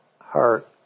heart